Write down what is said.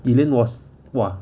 elaine was !wah!